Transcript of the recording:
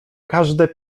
każde